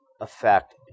affect